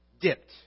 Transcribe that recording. dipped